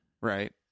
right